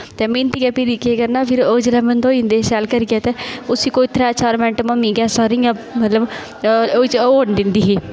ते मिंधियै फिरी केह् करना फिर ओह् जेल्लै मंधोई जंदे ऐ शैल करियै ते उसी कोई त्रै चार मिन्ट मम्मी गैसा उप्पर इ'यां मतलब होई होन दिंदी ही